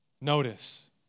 Notice